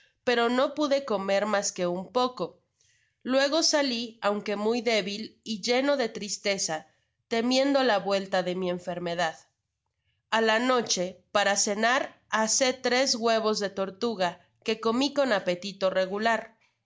pero no pude comer mas que un poco luego sali aunque muy débil y leño de tristeza temiendo la vuelta de mi enfermedad a la noche para cenar asé tres huevos de tortuga que comí con apetito regular